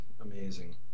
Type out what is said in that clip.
amazing